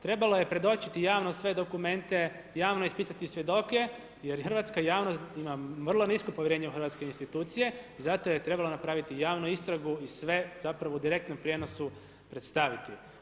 Trebalo je predočiti javno sve dokumente, javno ispitati svjedoke jer i hrvatska javnost ima vrlo nismo povjerenje u hrvatske institucije zato je trebalo napraviti javnu istragu i sve zapravo u direktnom prijenosu predstaviti.